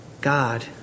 god